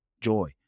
joy